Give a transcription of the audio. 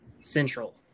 central